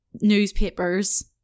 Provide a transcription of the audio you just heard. newspapers